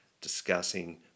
discussing